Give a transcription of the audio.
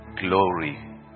glory